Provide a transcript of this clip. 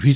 V